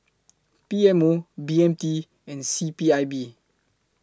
P M O B M T and C P I B